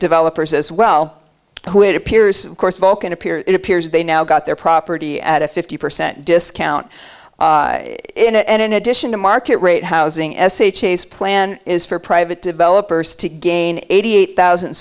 developers as well who it appears of course vulcan appear it appears they now got their property at a fifty percent discount in it and in addition to market rate housing s h e s plan is for private developers to gain eighty eight thousand